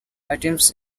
items